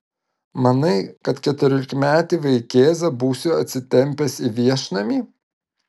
manai kad keturiolikmetį vaikėzą būsiu atsitempęs į viešnamį